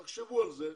תחשבו על זה.